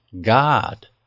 God